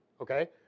Okay